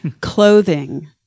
Clothing